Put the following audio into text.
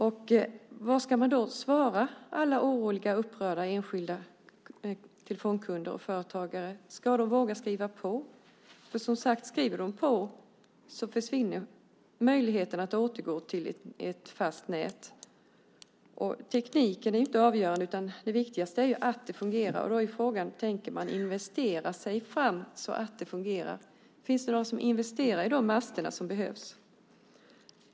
Vad ska man då svara alla oroliga, upprörda enskilda telefonkunder och företagare? Ska de våga skriva på? Skriver de på försvinner som sagt möjligheten att återgå till ett fast nät. Tekniken är inte avgörande, utan det viktigaste är att det fungerar. Då är frågan: Tänker man investera sig fram så att det fungerar? Finns det några som investerar i de master som behövs?